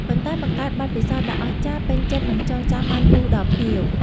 ប៉ុន្តែបង្កើតបទពិសោធន៍ដ៏អស្ចារ្យ ពេញចិត្ត និងចងចាំបានយូរដល់ភ្ញៀវ។